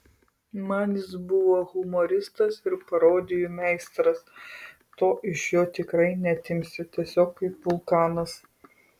man jis buvo humoristas ir parodijų meistras to iš jo tikrai neatimsi tiesiog kaip vulkanas